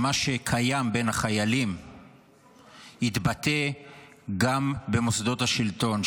שמה שקיים בין החיילים יתבטא גם במוסדות השלטון.